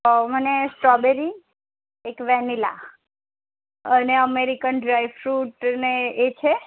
અ મને સ્ટોબેરી એક વેનીલા અને અમેરિકન ડ્રાય ફ્રૂટ અને એ છે